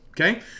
Okay